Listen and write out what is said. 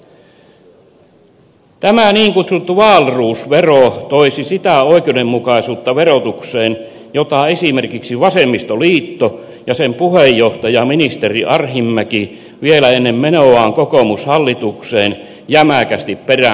tämä niin kutsuttu wahlroos vero toisi verotukseen sitä oikeudenmukaisuutta jota esimerkiksi vasemmistoliitto ja sen puheenjohtaja ministeri arhinmäki vielä ennen menoaan kokoomushallitukseen jämäkästi peräänkuulutti